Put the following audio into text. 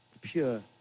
pure